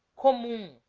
commum